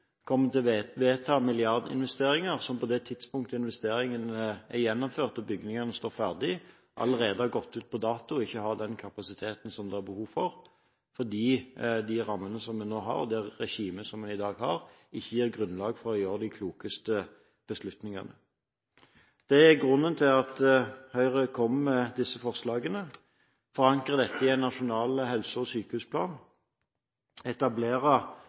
kommer til å vedta milliardinvesteringer som på det tidspunktet investeringene er gjennomført og bygningene står ferdig, allerede har gått ut på dato og ikke har den kapasiteten som det er behov for, fordi de rammene som vi nå har, det regimet som vi i dag har, ikke gir grunnlag for å gjøre de klokeste beslutningene. Det er grunnen til at Høyre kommer med disse forslagene – forankre dette i en nasjonal helse- og sykehusplan, etablere